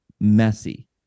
messy